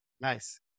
Nice